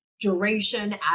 duration